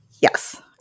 Yes